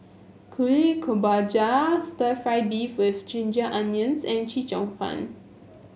Kuih Kemboja Stir Fried Beef with Ginger Onions and Chee Cheong Fun